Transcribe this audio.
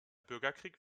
bürgerkrieg